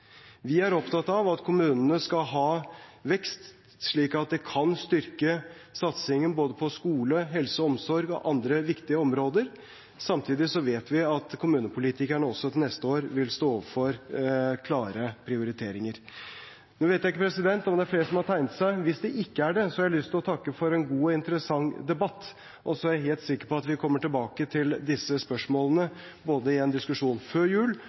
Vi er opptatt av at kommunene skal ha vekst slik at de kan styrke satsingen på både skole, helse og omsorg og andre viktige områder. Samtidig vet vi at kommunepolitikerne også til neste år vil stå overfor klare prioriteringer. Jeg vet ikke om det er flere som har tegnet seg. Hvis det ikke er det, har jeg lyst til å takke for en god og interessant debatt. Jeg er helt sikker på at vi kommer tilbake til disse spørsmålene både i en diskusjon før jul